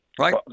Right